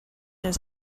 his